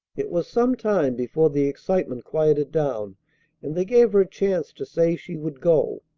it was some time before the excitement quieted down and they gave her a chance to say she would go.